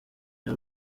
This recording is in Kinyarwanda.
bya